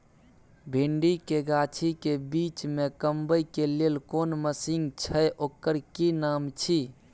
भिंडी के गाछी के बीच में कमबै के लेल कोन मसीन छै ओकर कि नाम छी?